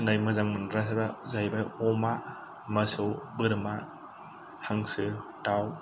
फिसिनाय मोजां मोनग्राफोरा जाहैबाय अमा मोसौ बोरमा हांसो दाउ